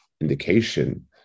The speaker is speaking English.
indication